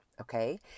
okay